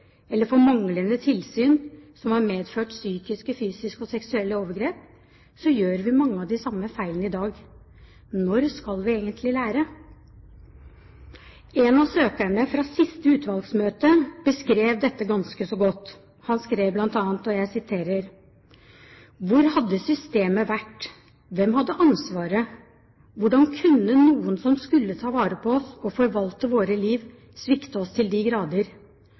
eller for manglende tilsyn som har medført psykiske, fysiske og seksuelle overgrep, så gjør vi mange av de samme feilene i dag. Når skal vi egentlig lære? En av søkerne fra siste utvalgsmøte beskrev det ganske godt: Hvor hadde systemet vært? Hvem hadde ansvaret? Hvordan kunne noen som skulle ta vare på oss og forvalte våre liv, svikte oss så til de grader?